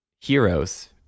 heroes